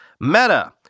Meta